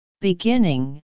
Beginning